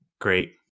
Great